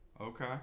Okay